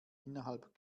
innerhalb